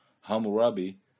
Hammurabi